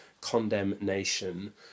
condemnation